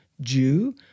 Jew